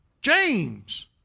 James